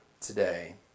today